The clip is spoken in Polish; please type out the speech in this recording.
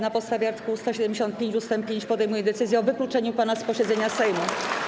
Na podstawie art. 175 ust. 5 podejmuję decyzję o wykluczeniu pana z posiedzenia Sejmu.